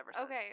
Okay